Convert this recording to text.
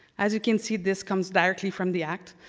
as you can see this comes directly from the act,